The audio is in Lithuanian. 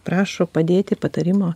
prašo padėti patarimo